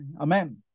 Amen